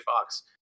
fox